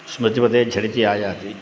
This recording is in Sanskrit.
स्मृतिपथे झटिति आयाति